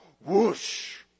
Whoosh